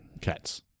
Cats